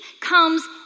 comes